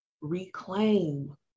Reclaim